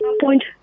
point